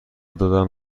دادن